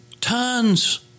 Tons